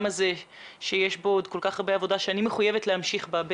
הזה שיש בו עוד כל כך הרבה עבודה שאני מחויבת להמשיך בה,